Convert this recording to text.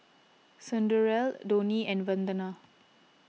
Sunderlal Dhoni and Vandana